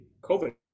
COVID